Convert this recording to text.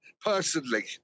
personally